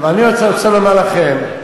אני רוצה לומר לכם,